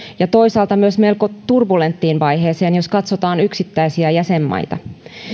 ja toisaalta myös melko turbulenttiin vaiheeseen jos katsotaan yksittäisiä jäsenmaita